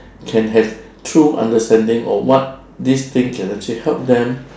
can have true understanding on what this thing can actually help them